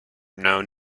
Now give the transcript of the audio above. known